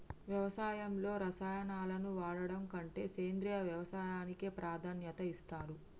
వ్యవసాయంలో రసాయనాలను వాడడం కంటే సేంద్రియ వ్యవసాయానికే ప్రాధాన్యత ఇస్తరు